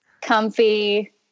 comfy